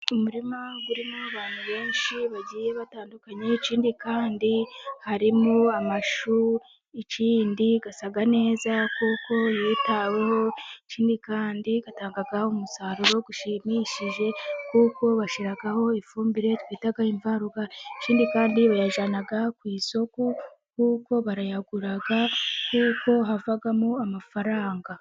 Umurima urimo abantu benshi bagiye batandukanye. Ikindi kandi harimo amashu asa neza kuko yitaweho, kandi atanga umusaruro ushimishije kuko bashyiraho ifumbire twita imvaruganda. Ikindi kandi bayazana ku isoko kuko barayagura ,kuko havamo amafaranga.